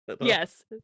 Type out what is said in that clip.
Yes